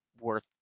worth